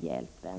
hjälpen.